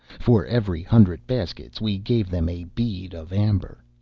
for every hundred baskets we gave them a bead of amber.